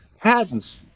patents